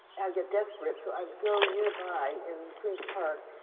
i got desperate, so i would go nearby in queens park.